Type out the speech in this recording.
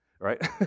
right